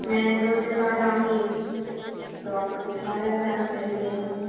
मैं दो दिन बाद आऊँगी तो आप दो दिन बाद आ जाना मेरे क्लिनिक में